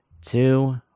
two